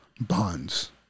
bonds